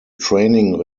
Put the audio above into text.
training